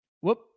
Whoop